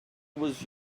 with